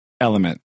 element